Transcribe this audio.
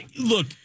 Look